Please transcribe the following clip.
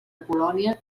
colònia